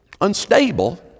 unstable